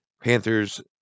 Panthers